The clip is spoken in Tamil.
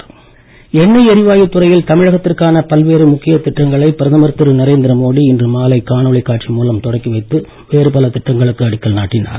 மோடி தமிழ்நாடு எண்ணெய் எரிவாயுத் துறையில் தமிழகத்திற்கான பல்வேறு முக்கிய திட்டங்களை பிரதமர் திரு நரேந்திர மோடி இன்று மாலை காணொளி காட்சி மூலம் தொடக்கி வைத்து வேறு பல திட்டங்களுக்கு அடிக்கல் நாட்டினார்